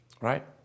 right